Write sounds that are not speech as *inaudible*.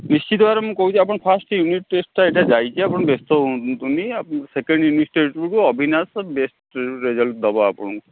ନିଶ୍ଚିତ ଭାବରେ ମୁଁ କହୁଛି ଆପଣ ଫାଷ୍ଟ ୟୁନିଟ୍ ଟେଷ୍ଟଟା ଏଇଟା ଯାଇଛି ଆପଣ ବ୍ୟସ୍ତ ହୁଅନ୍ତୁନି *unintelligible* ସେକେଣ୍ଡ *unintelligible* ବେଳକୁ ଅବିନାଶ ବେଷ୍ଟ ରେଜଲ୍ଟ ଦେବ ଆପଣଙ୍କୁ